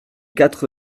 quatre